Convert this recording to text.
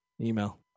Email